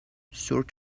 sort